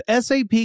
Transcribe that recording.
SAP